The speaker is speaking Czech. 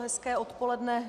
Hezké odpoledne.